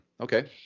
Okay